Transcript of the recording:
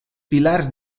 pilars